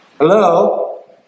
Hello